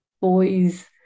boys